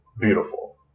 beautiful